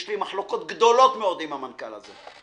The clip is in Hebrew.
יש לי מחלוקות גדולות מאוד עם המנכ"ל הזה.